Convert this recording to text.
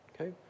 Okay